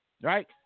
right